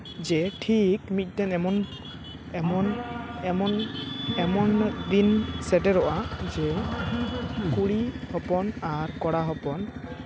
ᱡᱮ ᱴᱷᱤᱠ ᱢᱤᱫᱴᱮᱱ ᱮᱢᱚᱱ ᱮᱢᱚᱱ ᱮᱢᱚᱱ ᱮᱢᱚᱱ ᱢᱤᱫᱫᱤᱱ ᱥᱮᱴᱮᱨᱚᱜᱼᱟ ᱡᱮ ᱠᱩᱲᱤ ᱦᱚᱯᱚᱱ ᱟᱨ ᱠᱚᱲᱟ ᱦᱚᱯᱚᱱ